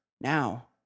now